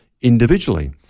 individually